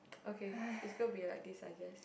okay it's gonna be like this I guess